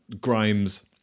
Grimes